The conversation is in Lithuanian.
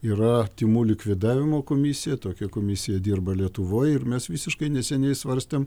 yra tymų likvidavimo komisija tokia komisija dirba lietuvoj ir mes visiškai neseniai svarstėm